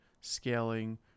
scaling